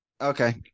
Okay